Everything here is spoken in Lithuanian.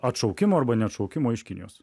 atšaukimo arba neatšaukimo iš kinijos